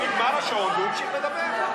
נגמר השעון והוא המשיך לדבר.